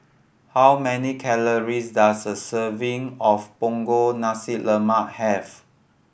how many calories does a serving of Punggol Nasi Lemak have